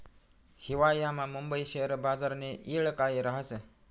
हिवायामा मुंबई शेयर बजारनी येळ काय राहस